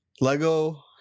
Lego